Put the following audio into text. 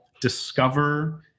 discover